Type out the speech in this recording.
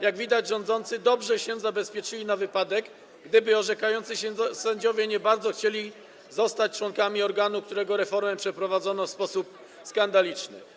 Jak widać, rządzący dobrze się zabezpieczyli na wypadek, gdyby orzekający sędziowie nie bardzo chcieli zostać członkami organu, którego reformę przeprowadzono w sposób skandaliczny.